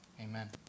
Amen